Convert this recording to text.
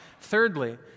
Thirdly